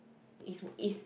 is would is